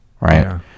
right